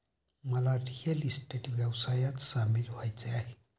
मला real estate व्यवसायात सामील व्हायचे आहे